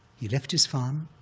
he left his farm,